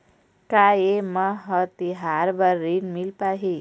का ये म हर तिहार बर ऋण मिल पाही?